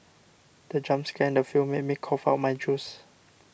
the jump scare in the film made me cough out my juice